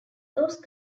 those